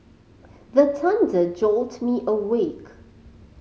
the thunder jolt me awake